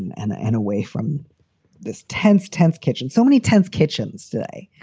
and and away from this tenth, tenth kitchen, so many tense kitchens today.